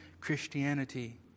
Christianity